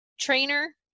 trainer